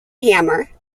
hammer